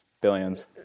Billions